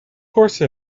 course